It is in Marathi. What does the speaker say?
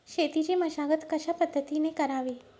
शेतीची मशागत कशापद्धतीने करावी?